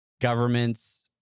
governments